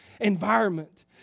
environment